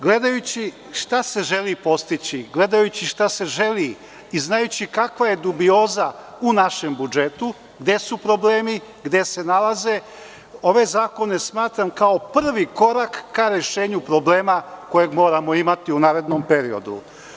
Gledajući šta se želi postići, gledajući šta se želi i znajući kakva je dubioza u našem budžetu, gde su problemi, gde se nalaze, ove zakone smatram kao prvi korak ka rešenju problema koje moramo imati u narednom periodu.